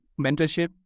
mentorship